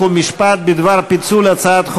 53